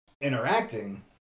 interacting